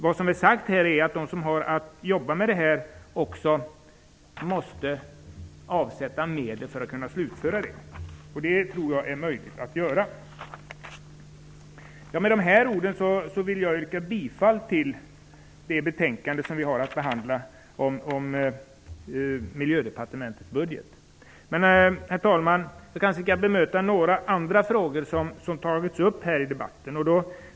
Vad som är sagt här är att de som har att jobba med frågorna också måste avsätta medel för att kunna slutföra arbetet. Det tror jag är möjligt att göra. Med de här orden vill jag yrka bifall till jordbruksutskottets hemställan i betänkandet om Miljödepartementets budget. Men, herr talman, jag kanske skall bemöta något av det som tagits upp i debatten.